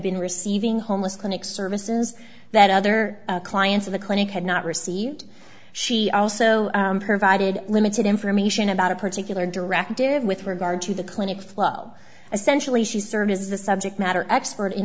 been receiving homeless clinic services that other clients of the clinic had not received she also provided limited information about a particular directive with regard to the clinic well essentially she served as the subject matter expert in